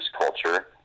culture